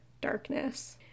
darkness